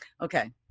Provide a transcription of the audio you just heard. Okay